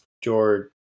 george